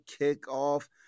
kickoff